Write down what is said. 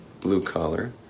Blue-collar